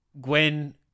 Gwen